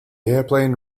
airplane